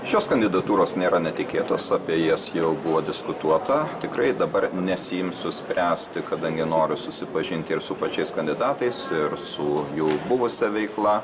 šios kandidatūros nėra netikėtos apie jas jau buvo diskutuota tikrai dabar nesiimsiu spręsti kadangi noriu susipažinti ir su pačiais kandidatais ir su jų buvusia veikla